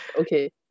Okay